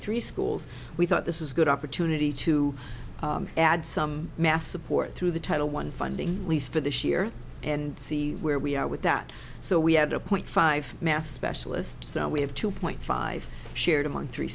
three schools we thought this is a good opportunity to add some math support through the title one funding please for this year and see where we are with that so we had zero point five math specialists so we have two point five shared among three